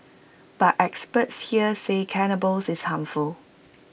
but experts here say cannabis is harmful